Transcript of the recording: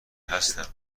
هستم